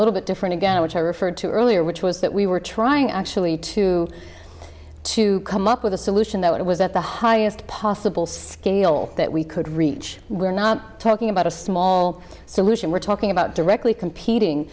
little bit different again which i referred to earlier which was that we were trying actually to to come up with a solution that was at the highest possible scale that we could reach we're not talking about a small solution we're talking about directly competing